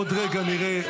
עוד רגע נראה.